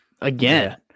Again